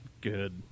good